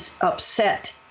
upset